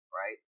right